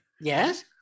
Yes